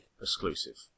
exclusive